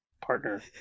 partner